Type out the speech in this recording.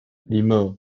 lima